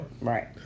Right